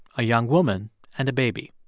a young woman and a baby.